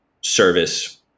service